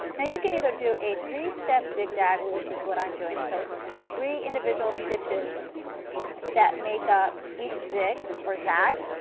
now you can either do a three step zigzag which is what i am doing, so itis three individual stitches that make up each zig or zag